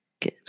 Good